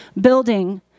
building